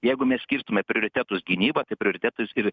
jeigu mes skirstume prioritetus gynyba prioritetus ir